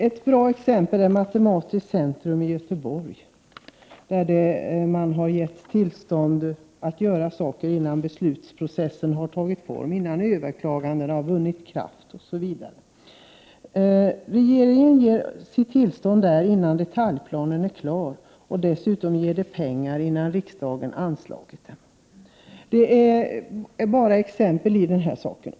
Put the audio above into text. Ett bra exempel är matematiskt centrum i Göteborg, där tillstånd givits att utföra saker innan besluten tagit form, innan överklagandena har vunnit kraft osv. Regeringen ger sitt tillstånd innan detaljplanen är klar. Dessutom ger den pengar innan riksdagen har anslagit dem. Detta är bara exempel i denna sak.